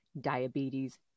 diabetes